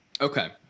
Okay